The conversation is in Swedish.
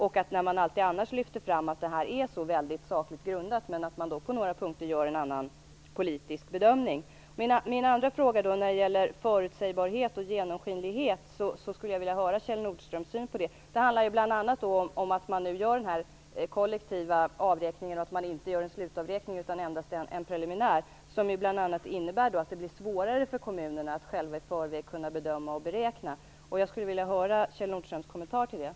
Annars lyfter man alltid fram att det är sakligt grundat, men att man på några punkter gör en annan politisk bedömning. Min andra fråga gällde förutsägbarhet och genomskinlighet. Jag skulle vilja höra vad Kjell Nordström har för syn på det. Det handlar bl.a. om att man gör en kollektiv avräkning och inte någon slutavräkning utan endast en preliminär. Det blir då svårare för kommunerna att i förväg kunna bedöma och beräkna. Jag skulle vilja höra Kjell Nordströms kommentar till detta.